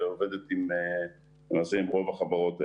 שעובדת למעשה עם רוב החברות האלה.